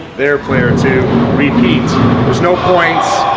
their player two repeat there's no point.